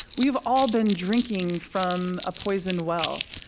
we've all been drinking from a poisoned well,